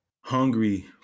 hungry